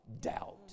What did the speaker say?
doubt